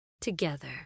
together